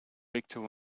victor